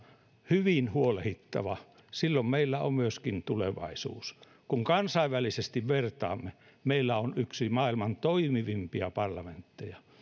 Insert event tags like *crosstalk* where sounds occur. hyvin huolehdittava silloin meillä on myöskin tulevaisuus kun kansainvälisesti vertaamme *unintelligible* meillä on yksi maailman toimivimpia parlamentteja